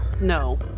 No